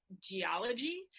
geology